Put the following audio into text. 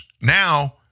Now